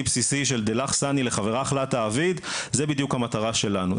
בסיסי של 'דעלך סני לחברך לא תעביד' זה בדיוק המטרה שלנו,